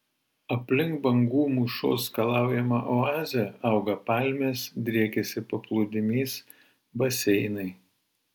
aplink bangų mūšos skalaujamą oazę auga palmės driekiasi paplūdimys baseinai